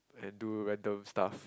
and do random stuff